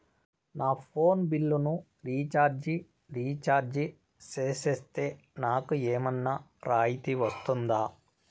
నా ఫోను బిల్లును recharge recharge సేస్తే, నాకు ఏమన్నా రాయితీ వస్తుందా?